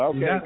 Okay